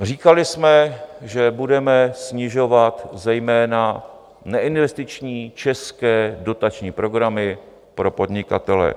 Říkali jsme, že budeme snižovat zejména neinvestiční české dotační programy pro podnikatele.